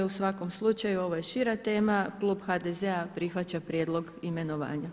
svakom slučaju ovo je šira tema, klub HDZ-a prihvaća prijedlog imenovanja.